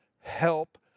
Help